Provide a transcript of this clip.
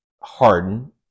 Harden